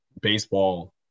Baseball